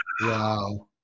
Wow